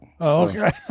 Okay